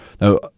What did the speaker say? Now